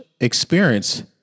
experience